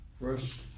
First